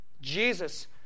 Jesus